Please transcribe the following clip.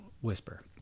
whisper